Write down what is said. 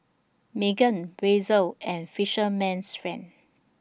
Megan Razer and Fisherman's Friend